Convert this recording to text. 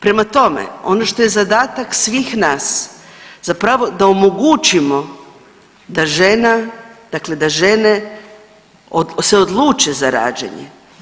Prema tome, ono što je zadatak svih nas, zapravo, da omogućimo da žena dakle da žene se odluče za rađanje.